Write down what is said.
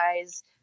guys